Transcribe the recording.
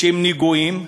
שהם נגועים,